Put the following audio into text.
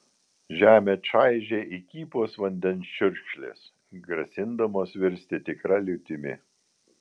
žemę čaižė įkypos vandens čiurkšlės grasindamos virsti tikra liūtimi